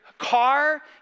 car